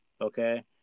okay